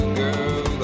girl